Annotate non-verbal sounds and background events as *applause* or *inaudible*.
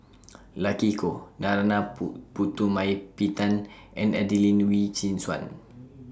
*noise* Lucy Koh Narana Pool Putumaippittan and Adelene Wee Chin Suan